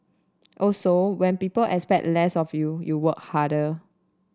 also when people expect less of you you work harder